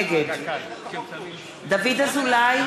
נגד דוד אזולאי,